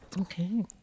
Okay